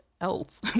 else